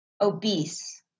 obese